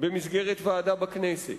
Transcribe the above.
במסגרת ועדה בכנסת.